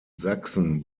sachsen